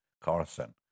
Carson